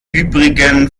übrigen